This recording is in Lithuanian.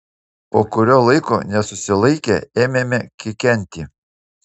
po kurio laiko nesusilaikę ėmėme kikenti